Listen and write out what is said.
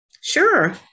Sure